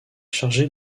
chargé